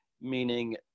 Meaning